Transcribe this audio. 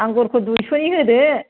आंगुरखौ दुयस'नि होदो